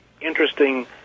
interesting